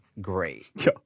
great